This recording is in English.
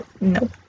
no